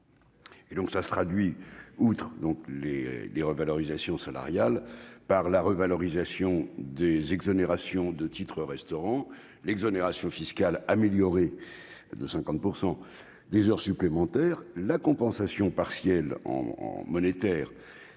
ce qui se traduit, au-delà des revalorisations salariales, par la revalorisation des exonérations de titres-restaurants, par l'exonération fiscale améliorée de 50 % des heures supplémentaires et par la compensation partielle en monétaire